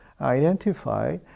identify